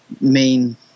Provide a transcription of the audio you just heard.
Main